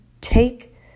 take